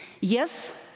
Yes